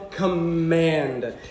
Command